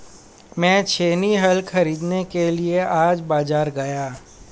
मैं छेनी हल खरीदने के लिए आज बाजार गया